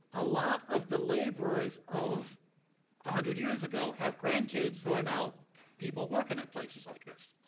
a lot of the laborers of a hundred years ago have grandkids who are now people working at places like this